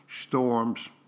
Storms